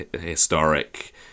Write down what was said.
historic